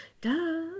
Duh